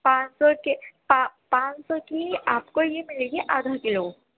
پانچ سو کے پانچ سو کی آپ کو یہ ملے گی آدھا کلو